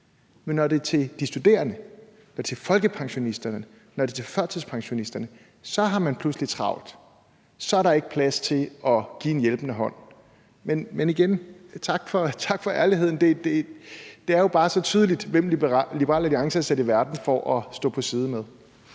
men når det er til de studerende og til folkepensionisterne, og når det er til førtidspensionisterne, har man pludselig travlt, og så der ikke plads til at give en hjælpende hånd. Men igen vil jeg sige tak for ærligheden. Det er jo bare så tydeligt, hvem Liberal Alliance er sat i verden for at stå på side med.